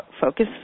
focus